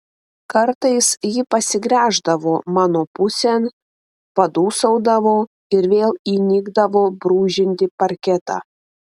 kartais ji pasigręždavo mano pusėn padūsaudavo ir vėl įnikdavo brūžinti parketą